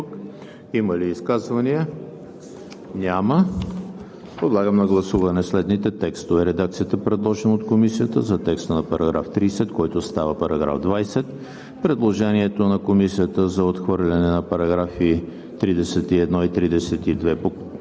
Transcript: Има ли изказвания, колеги? Не виждам. Подлагам на гласуване следните текстове: редакцията, предложена от Комисията за текста на § 30, който става § 20; предложението на Комисията за отхвърляне на параграфи 31 и 32 по вносител,